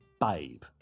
babe